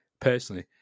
personally